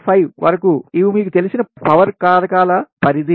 5 వరకు ఇవి మీకు తెలిసిన పవర్ కారకాలక పరిధి